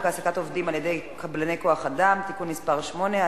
העסקת עובדים על-ידי קבלני כוח-אדם (תיקון מס' 8),